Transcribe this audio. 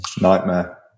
Nightmare